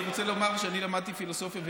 אני רוצה לומר שאני למדתי פילוסופיה,